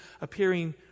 appearing